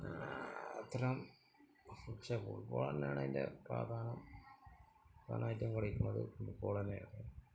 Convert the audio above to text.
അത്തരം പക്ഷെ ഫുട്ബോളന്നെയാണതിൻ്റെ പ്രധാനം നന്നായിട്ടും കളിക്കുന്നത് ഫുട്ബോള് തന്നെയാണ്